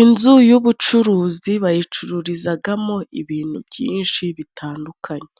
Inzu y'ubucuruzi bayicururizagamo ibintu byinshi bitandukanye.